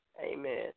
Amen